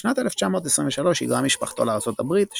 בשנת 1923 היגרה משפחתו לארצות הברית,